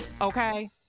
Okay